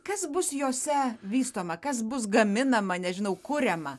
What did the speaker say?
kas bus jose vystoma kas bus gaminama nežinau kuriama